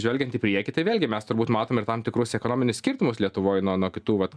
žvelgiant į priekį tai vėlgi mes turbūt matom ir tam tikrus ekonominius skirtumus lietuvoj nuo nuo kitų vat